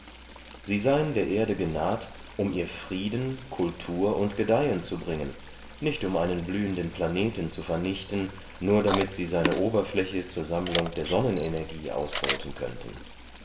sie seien der erde genaht um ihr frieden kultur und gedeihen zu bringen nicht um einen blühenden planeten zu vernichten nur damit sie seine oberfläche zur sammlung der sonnen energie ausbeuten könnten